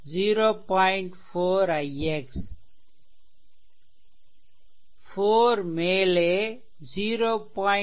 4 ix 4 மேலெ 0